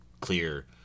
clear